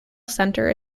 centre